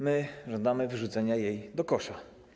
My żądamy wyrzucenia jej do kosza.